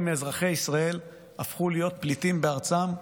מאזרחי ישראל הפכו להיות פליטים בארצם,